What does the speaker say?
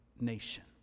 nation